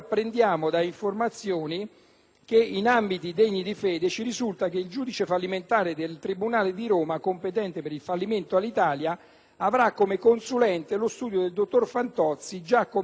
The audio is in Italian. da ambiti degni di fede che il giudice fallimentare del tribunale di Roma competente per il fallimento dell'Alitalia avrà come consulente lo studio del dottor Fantozzi, già commissario straordinario della stessa